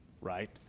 right